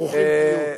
ברוכים תהיו.